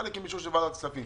חלק עם אישור של ועדת הכספים,